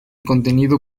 contenido